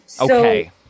Okay